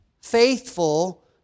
faithful